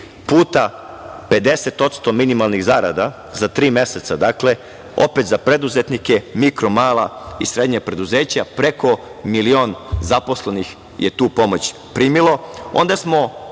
puta 50% minimalnih zarada za tri meseca opet za preduzetnike, mikro, mala i srednja preduzeća, preko milion zaposlenih je tu pomoć primilo. Onda smo